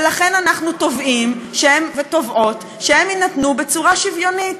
ולכן אנחנו תובעים ותובעות שהם יינתנו בצורה שוויונית.